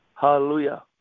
Hallelujah